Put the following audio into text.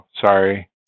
sorry